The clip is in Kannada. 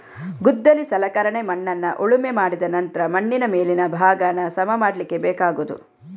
ಗುದ್ದಲಿ ಸಲಕರಣೆ ಮಣ್ಣನ್ನ ಉಳುಮೆ ಮಾಡಿದ ನಂತ್ರ ಮಣ್ಣಿನ ಮೇಲಿನ ಭಾಗಾನ ಸಮ ಮಾಡ್ಲಿಕ್ಕೆ ಬೇಕಾಗುದು